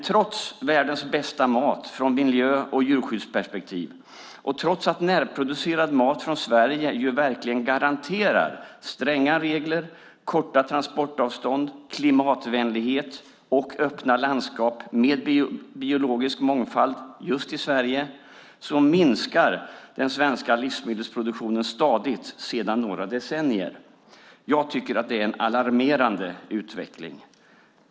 Trots världens bästa mat från miljö och djurskyddsperspektiv och trots att närproducerad mat från Sverige verkligen garanterat uppfyller stränga regler, garanterat har korta transportavstånd, präglas av klimatvänlighet och öppna landskap med biologisk mångfald just i Sverige minskar den svenska livsmedelsproduktionen stadigt sedan några decennier. Jag tycker att det är en alarmerande utveckling.